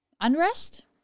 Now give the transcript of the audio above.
unrest